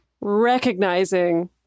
recognizing